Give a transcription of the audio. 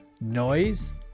noise